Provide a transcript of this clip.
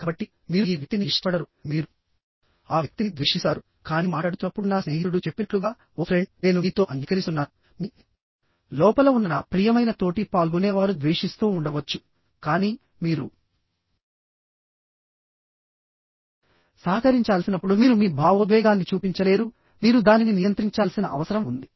కాబట్టి మీరు ఈ వ్యక్తిని ఇష్టపడరు మీరు ఆ వ్యక్తిని ద్వేషిస్తారు కానీ మాట్లాడుతున్నప్పుడు నా స్నేహితుడు చెప్పినట్లుగా ఓహ్ ఫ్రెండ్ నేను మీతో అంగీకరిస్తున్నాను మీ లోపల ఉన్న నా ప్రియమైన తోటి పాల్గొనేవారు ద్వేషిస్తూ ఉండవచ్చు కానీ మీరు సహకరించాల్సినప్పుడు మీరు మీ భావోద్వేగాన్ని చూపించలేరు మీరు దానిని నియంత్రించాల్సిన అవసరం ఉంది